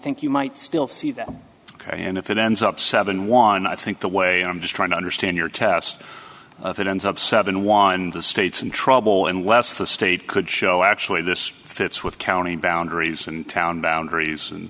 think you might still see that ok and if it ends up seven one i think the way i'm just trying to understand your test that ends up seven won the states in trouble unless the state could show actually this fits with county boundaries and town boundaries and